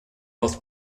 both